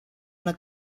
una